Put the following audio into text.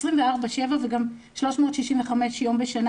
24/7 ו-365 ימים בשנה.